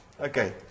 Okay